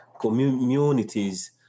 communities